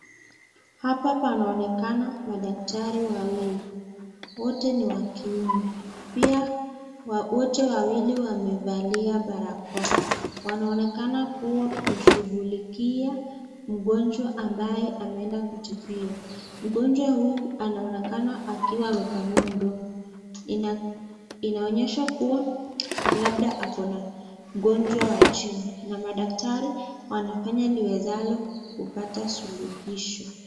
Hapa panaonekana madaktari wawili. Wote ni wa kiume. Pia wote wawili wamevalia barakoa. Wanaonekana kuwa kumshughulikia mgonjwa ambaye ameenda kutibiwa. Mgonjwa huyu anaonekana ikiwa amepanua mdomo. Inaonyesha kuwa labda ako na ugonjwa wa jino na madaktari wanafanya liwezalo kupata suluhisho.